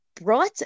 brought